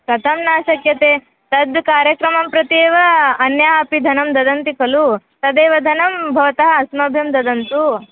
कथं न शक्यते तद् कार्यक्रमं प्रति एव अन्यः अपि धनं ददाति खलु तदेव धनं भवन्तः अस्मभ्यं ददतु